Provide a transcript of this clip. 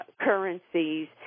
currencies